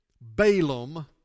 Balaam